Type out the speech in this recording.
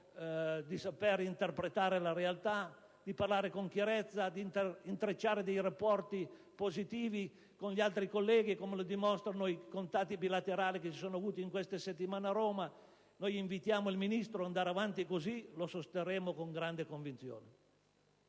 di saper interpretare la realtà, di parlare con chiarezza, di saper intrecciare rapporti positivi con gli altri colleghi, come dimostrano i contatti bilaterali che si sono tenuti in queste settimana a Roma. Ebbene, lo invitiamo a procedere in questo modo. Noi lo sosterremo con grande convinzione.